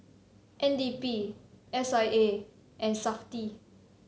N D P S I A and Safti